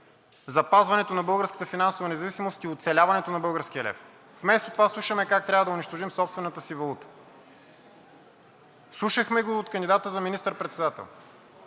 запазването на българската финансова независимост и оцеляването на българския лев. Вместо това слушаме как трябва да унищожим собствената си валута. Слушахме го от кандидата за министър-председател,